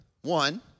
one